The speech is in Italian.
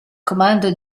comando